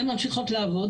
והנשים ממשיכות לעבוד.